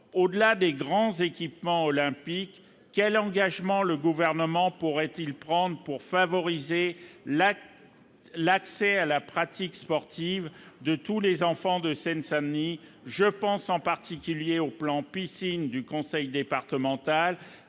au-delà des grands équipements olympiques quels engagements le gouvernement pourrait-il prendre pour favoriser la l'accès à la pratique sportive de tous les enfants de Seine-Saint-Denis je pense en particulier aux plans piscine du conseil départemental